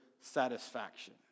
satisfaction